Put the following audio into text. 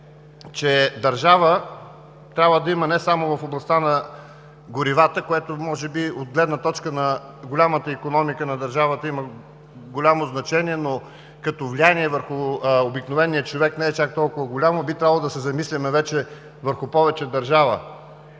че държава трябва да има не само в областта на горивата, което може би от гледна точка на голямата икономика на държавата има голямо значение, но като влияние върху обикновения човек не е чак толкова голямо, би трябвало да се замисляме вече върху повече държава